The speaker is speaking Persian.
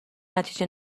نتیجه